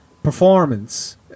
performance